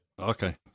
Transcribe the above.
okay